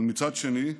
אבל מצד שני,